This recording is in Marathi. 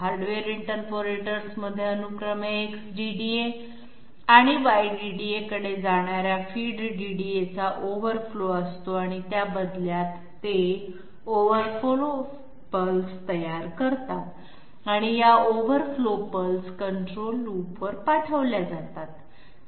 हार्डवेअर इंटरपोलेटर्स मध्ये अनुक्रमे X DDA आणि Y DDA कडे जाणार्या फीड DDA चा ओव्हरफ्लो असतो आणि त्या बदल्यात ते ओव्हरफ्लो पल्स तयार करतात आणि या ओव्हरफ्लो पल्स कंट्रोल लूपवर पाठवल्या जातात